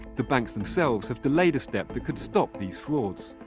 the banks themselves have delayed a step that could stop these frauds.